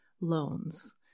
loans